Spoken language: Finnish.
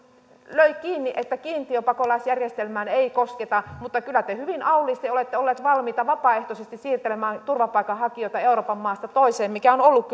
löi kiinni että kiintiöpakolaisjärjestelmään ei kosketa mutta kyllä te hyvin auliisti olette olleet valmiita vapaaehtoisesti siirtelemään turvapaikanhakijoita euroopan maasta toiseen mikä on ollut